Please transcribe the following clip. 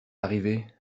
arrivée